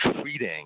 treating